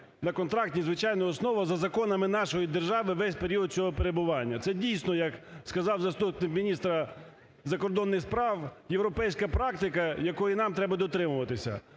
на контрактній, звичайно, основі, за законами нашої держави весь період цього перебування. Це, дійсно, як сказав заступник міністра закордонних справ, європейська практика, якої нам треба дотримуватись.